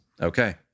Okay